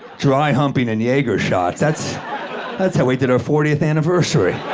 dry humping and jaeger shots, that's that's how we did our fortieth anniversary.